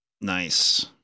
Nice